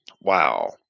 wow